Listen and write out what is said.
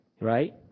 right